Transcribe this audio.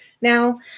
now